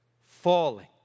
falling